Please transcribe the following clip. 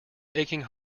aching